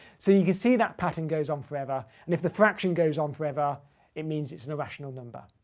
so you can see that pattern goes on forever, and if the fraction goes on forever it means it's an irrational number.